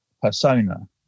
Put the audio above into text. persona